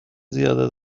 زیاده